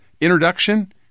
introduction